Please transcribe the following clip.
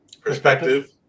Perspective